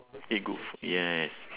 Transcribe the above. eat good food yes